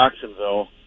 Jacksonville